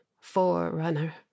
forerunner